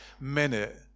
minute